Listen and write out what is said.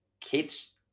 kids